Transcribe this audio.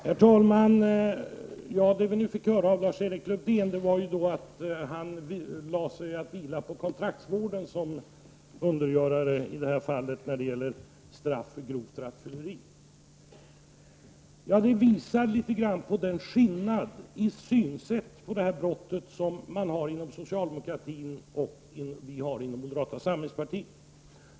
Herr talman! Det vi nu fick höra av Lars-Erik Lövdén var att han tvivlar på kontraktsvården som undergörare när det gäller straff för grovt rattfylleri. Det visar litet på skillnaden i synsätt på detta brott mellan socialdemokratin och moderata samlingspartiet.